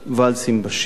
"ואלס עם בשיר"